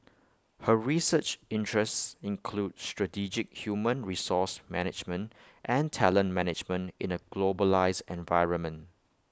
her research interests include strategic human resource management and talent management in A globalised environment